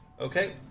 Okay